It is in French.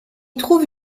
trouve